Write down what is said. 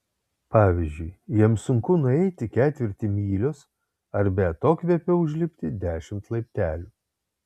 pavyzdžiui jiems sunku nueiti ketvirtį mylios ar be atokvėpio užlipti dešimt laiptelių